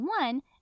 one